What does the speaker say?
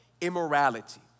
immorality